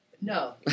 No